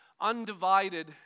Undivided